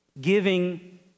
Giving